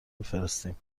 بفرستیم